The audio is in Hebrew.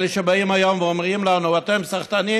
אלה שבאים היום ואומרים לנו: אתם סחטנים